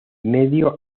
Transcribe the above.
medio